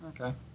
Okay